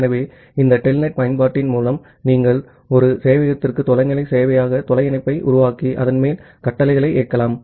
ஆகவே இந்த டெல்நெட் பயன்பாட்டின் மூலம் நீங்கள் ஒரு சேவையகத்திற்கு தொலைநிலை சேவையக தொலை இணைப்பை உருவாக்கி அதன் மேல் கமாண்ட்களை இயக்கலாம்